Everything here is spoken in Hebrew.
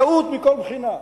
טעות מכל בחינה.